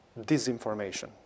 disinformation